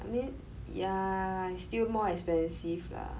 I mean ya still more expensive lah